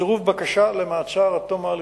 בצירוף בקשה למעצר עד תום ההליכים.